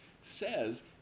says